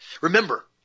Remember